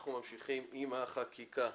אנחנו ממשיכים עם החקיקה.